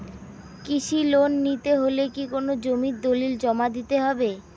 কৃষি লোন নিতে হলে কি কোনো জমির দলিল জমা দিতে হবে?